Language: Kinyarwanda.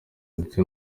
ndetse